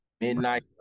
midnight